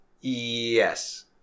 Yes